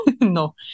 no